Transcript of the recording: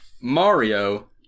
Mario